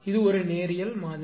இது ஒரு நேரியல் மாதிரி